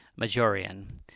Majorian